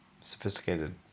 sophisticated